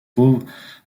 pauvre